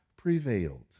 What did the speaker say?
prevailed